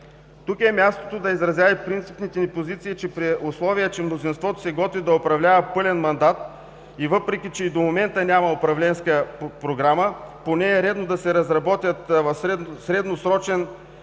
Тук е мястото да изразя и принципните ни позиции – при условие че мнозинството се готви да управлява пълен мандат и въпреки че и до момента няма управленска програма, поне е редно да се разработят средносрочен и